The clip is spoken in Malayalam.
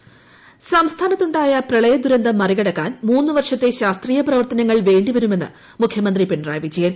പ്രളയം മുഖ്യമന്ത്രി സംസ്ഥാനത്തുണ്ടായ പ്രളയ ദുരന്തം മറികടക്കാൻ മൂന്നുവർഷത്തെ ശാസ്ത്രീയ പ്രവർത്തനങ്ങൾ വേണ്ടിവരുമെന്ന് മുഖ്യമന്ത്രി പിണറായി വിജയൻ